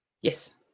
Yes